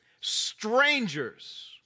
strangers